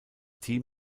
team